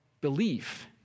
belief